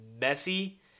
messy